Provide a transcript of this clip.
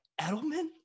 edelman